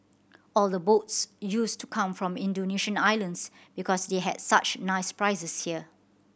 all the boats used to come from the Indonesian islands because they had such nice prizes here